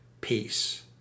Peace